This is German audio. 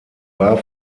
war